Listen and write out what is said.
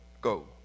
go